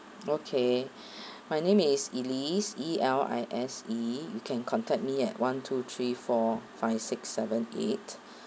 okay my name is elise E L I S E you can contact me at one two three four five six seven eight